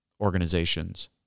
organizations